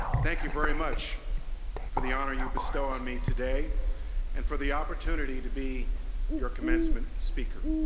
thank you very much for the honor you bestow on me today and for the opportunity to be your commencement speaker.